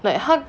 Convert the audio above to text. like 他